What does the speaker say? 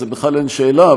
בכלל אין שאלה,